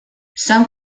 san